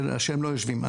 הם לא יושבים.